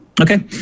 Okay